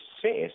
success